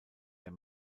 der